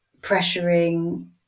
pressuring